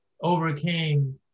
overcame